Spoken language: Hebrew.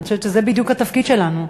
אני חושבת שזה בדיוק התפקיד שלנו,